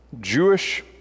Jewish